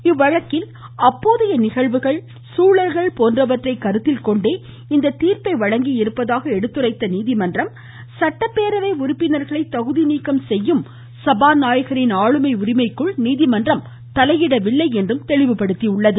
இவ்வழக்கில் அப்போதைய நிகழ்வுகள் சூழல்கள் போன்றவற்றை கருத்தில் கொண்டே இத்தீர்ப்பை வழங்கி இருப்பதாக எடுத்துரைத்த நீதிமன்றம் சட்டப்பேரவை உறுப்பினர்களை தகுதி நீக்கம் செய்யும் சபாநாயகரின் ஆளுமை உரிமைக்குள் நீதிமன்றம் தலையிடவில்லை என்றும் தெளிவுபடுத்தி உள்ளது